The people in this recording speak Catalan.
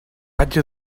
vaig